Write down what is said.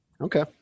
Okay